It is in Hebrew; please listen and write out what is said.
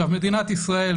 מדינת ישראל,